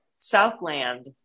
southland